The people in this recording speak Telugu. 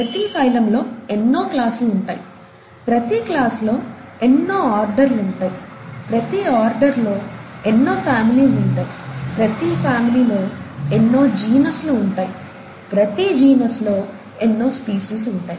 ప్రతి ఫైలంలో ఎన్నో క్లాసులు ఉంటాయి ప్రతి క్లాసులో ఎన్నో ఆర్డర్లు ఉంటాయి ప్రతి ఆర్డర్లో ఎన్నో ఫామిలీస్ ఉంటాయి ప్రతి ఫామిలీ లో ఎన్నో జీనస్లు ఉంటాయి ప్రతి జీనస్ లో ఎన్నో స్పీసీస్ ఉంటాయి